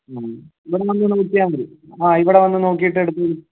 ഇവിടെ വന്ന് നോക്കിയാൽ മതി ആ ഇവിടെ വന്ന് നോക്കീട്ട് എടുത്തോളൂ